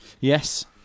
Yes